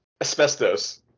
Asbestos